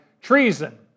Treason